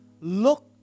Look